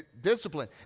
discipline